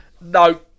no